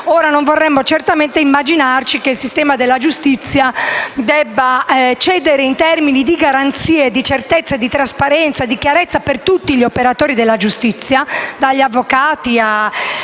Ora non vogliamo certamente immaginare che il sistema della giustizia debba cedere in termini di garanzie, di certezza, di trasparenza per tutti gli operatori della giustizia, dagli avvocati a